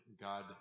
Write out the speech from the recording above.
God